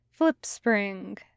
Flipspring